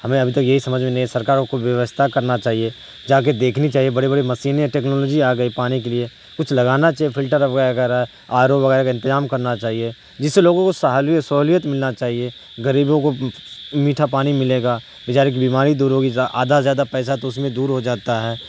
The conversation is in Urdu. ہمیں ابھی تک یہی سمجھ میں نہیں ہے سرکاروں کو بیوستھا کرنا چاہیے جا کے دیکھنی چاہیے بڑی بڑی مشینیں ٹیکنالوجی آ گئی پانی کے لیے کچھ لگانا چاہیے فلٹر وغیرہ آر او وغیرہ کا انتظام کرنا چاہیے جس سے لوگوں کو سہولیت ملنا چاہیے غریبوں کو میٹھا پانی ملے گا بچارے کی بیماری دور ہوگی آدھا سے زیادہ پیسہ تو اس میں دور ہو جاتا ہے